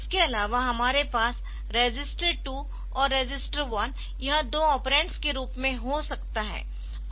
इसके अलावा हमारे पास रजिस्टर 2 और रजिस्टर 1 यह दो ऑपेरंड्स के रूप में हो सकता है